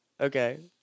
Okay